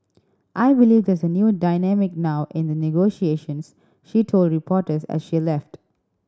I believe there's a new dynamic now in the negotiations she told reporters as she left